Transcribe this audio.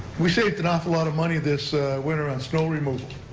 we saved an awful lot of money this winter on snow removal.